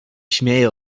śmieje